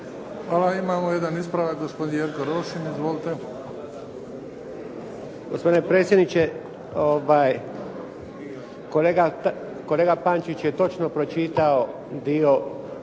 Hvala. Imamo jedan ispravak. Gospodin Jerko Rošin. Izvolite. **Rošin, Jerko (HDZ)** Gospodine predsjedniče, kolega Pančić je točno pročitao bio